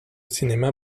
cinéma